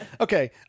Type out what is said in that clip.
okay